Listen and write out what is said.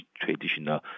traditional